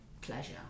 pleasure